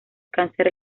cáncer